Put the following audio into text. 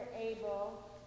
able